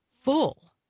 full